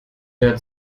der